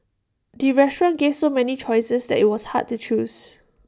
the restaurant gave so many choices that IT was hard to choose